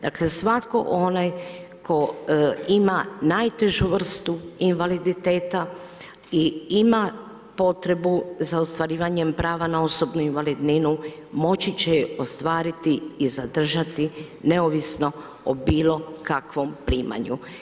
Dakle, svatko onaj tko ima najtežu vrstu invaliditeta i ima potrebu za ostvarivanje prava na osobnu invalidninu, moći će je ostvariti i zadržati neovisno o bilo kakvom primanju.